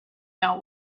know